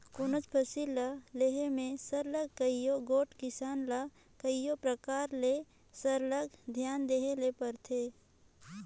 कोनोच फसिल ल लेहे में सरलग कइयो गोट किसान ल कइयो परकार ले सरलग धियान देहे ले परथे